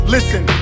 Listen